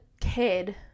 kid